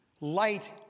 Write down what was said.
light